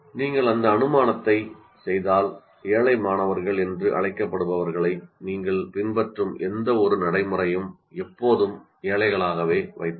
நீங்கள் அந்த அனுமானத்தை செய்தால் ஏழை மாணவர்கள் என்று அழைக்கப்படுபவர்களை நீங்கள் பின்பற்றும் எந்தவொரு நடைமுறையும் எப்போதும் ஏழைகளாகவே வைத்து இருக்கும்